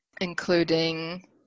including